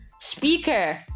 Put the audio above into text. speaker